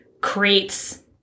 creates